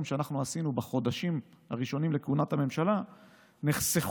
שאנחנו עשינו בחודשים הראשונים לכהונת הממשלה נחסכו